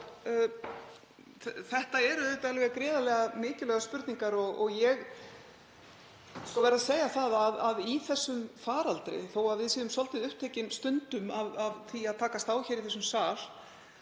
Þetta eru auðvitað gríðarlega mikilvægar spurningar. Ég verð að segja að í þessum faraldri, þótt við séum svolítið upptekin stundum af því að takast á hér í þessum sal,